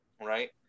right